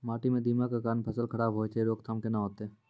माटी म दीमक के कारण फसल खराब होय छै, रोकथाम केना होतै?